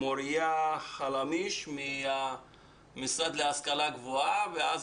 מוריה חלמיש מהמשרד להשכלה גבוהה ואז